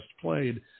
played